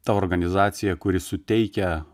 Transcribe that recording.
ta organizacija kuri suteikia